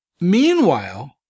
meanwhile